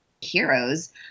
heroes